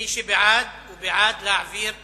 מי שבעד, בעד להעביר לוועדה.